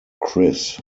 chris